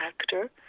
actor